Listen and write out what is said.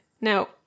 Now